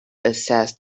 assessed